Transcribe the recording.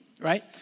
right